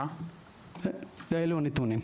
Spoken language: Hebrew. אלו הנתונים.